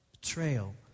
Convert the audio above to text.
Betrayal